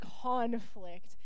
conflict